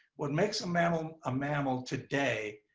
what makes a mammal a mammal today,